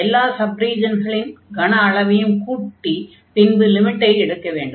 எல்லா சப் ரீஜன்களின் கன அளவையும் கூட்டி பின்பு லிமிட்டை எடுக்க வேண்டும்